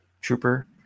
Trooper